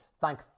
Thank